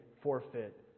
forfeit